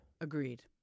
Agreed